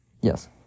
yes